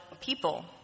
people